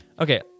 Okay